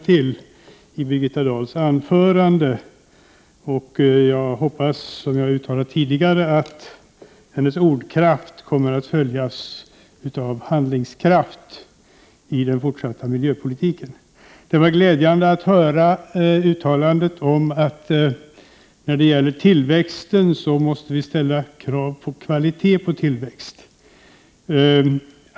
Mycket i Birgitta Dahls anförande var positivt att lyssna till, och jag hoppas, som jag uttalat tidigare, att hennes ordkraft kommer att följas av handlingskraft i den fortsatta miljöpolitiken. Det var glädjande att höra uttalandet om att vi måste ställa krav på kvalitet på tillväxten.